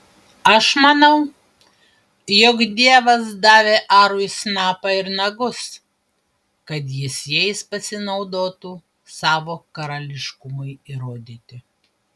aš manau jog dievas davė arui snapą ir nagus kad jis jais pasinaudotų savo karališkumui įrodyti